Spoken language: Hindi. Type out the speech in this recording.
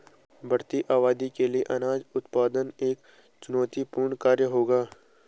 बढ़ती आबादी के लिए अनाज उत्पादन एक चुनौतीपूर्ण कार्य रहेगा